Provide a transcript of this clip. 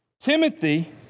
Timothy